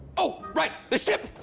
oh, right! the ship!